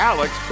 Alex